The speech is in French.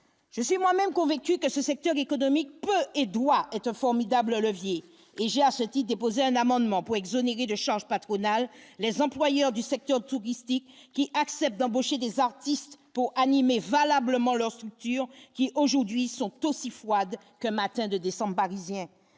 J'ai moi-même convaincu que ce secteur économique peut et doit être un formidable levier et j'ce déposer un amendement pour exonérer de charges patronales, les employeurs du secteur touristique qui acceptent d'embaucher des artistes pour animer valablement leur structures qui aujourd'hui sont aussi froide que matin de décembre parisien